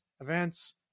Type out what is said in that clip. events